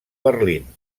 berlín